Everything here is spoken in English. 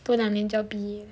多两年就要毕业了